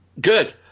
Good